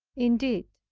indeed,